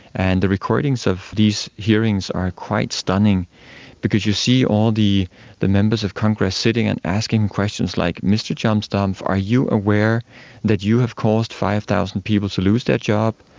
and the recordings of these hearings are quite stunning because you see all the the members of congress sitting and asking questions like, mr john stumpf, are you aware that you have caused five thousand people to lose their job,